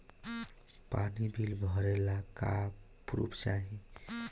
पानी बिल भरे ला का पुर्फ चाई?